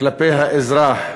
כלפי האזרח,